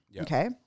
okay